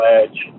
edge